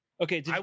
okay